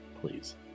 please